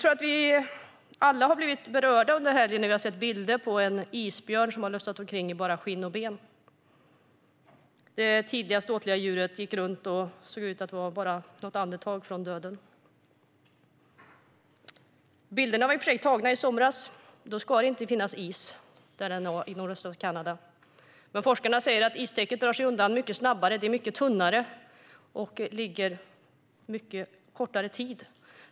Vi har nog alla blivit berörda av att se bilder av en svältande isbjörn i bara skinn och ben som har lufsat omkring. Det tidigare ståtliga djuret såg ut att vara bara något andetag från döden. Bilderna var i och för sig tagna i somras, och då ska det inte finnas is i nordöstra Kanada. Men forskarna säger att istäcket drar sig undan mycket snabbare, är mycket tunnare och ligger mycket kortare tid.